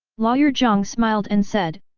lawyer zhang smiled and said,